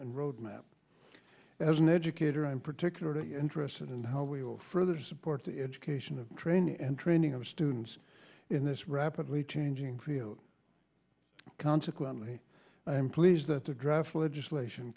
and road map as an educator i'm particularly interested in how we will further support the education of training and training of students in this rapidly changing field consequently i am pleased that the draft legislation